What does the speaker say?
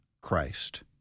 Christ